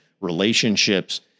relationships